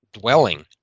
dwelling